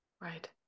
Right